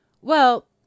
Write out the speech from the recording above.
Well